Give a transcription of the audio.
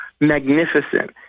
magnificent